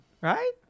right